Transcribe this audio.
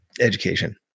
education